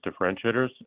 differentiators